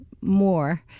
more